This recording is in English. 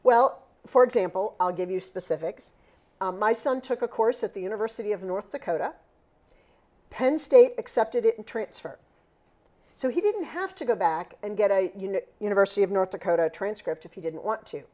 well for example i'll give you specifics my son took a course at the university of north dakota penn state accepted it in transfer so he didn't have to go back and get a university of north dakota transcript if you didn't want to